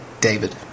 David